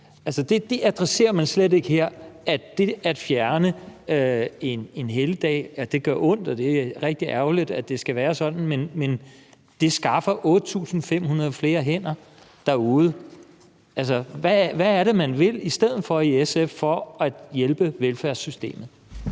det adresserer man slet ikke her. Det at fjerne en helligdag gør ondt, og det er rigtig ærgerligt, at det skal være sådan, men det skaffer 8.500 flere hænder derude. Altså, hvad er det, man i stedet for vil i SF for at hjælpe velfærdssystemet?